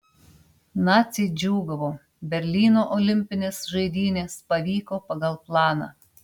naciai džiūgavo berlyno olimpinės žaidynės pavyko pagal planą